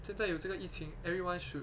现在有这个疫情 everyone should